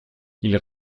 ils